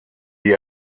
die